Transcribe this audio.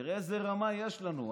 תראה איזו רמה יש לנו.